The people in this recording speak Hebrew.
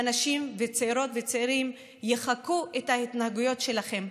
ואנשים, צעירות וצעירים, יחקו את ההתנהגויות שלכם.